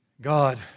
God